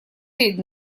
перед